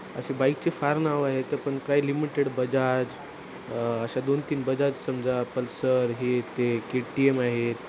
असे बाईकचे फार नाव आहेत ते पण काय लिमिटेड बजाज अशा दोन तीन बजाज समजा पल्सर हे ते के टी एम आहेत